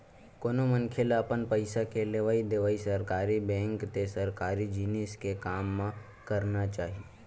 कोनो मनखे ल अपन पइसा के लेवइ देवइ सरकारी बेंक ते सरकारी जिनिस के काम म करना चाही